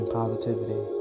positivity